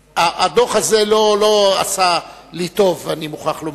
הדוח הזה לא עשה לי טוב, אני מוכרח לומר,